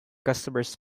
customers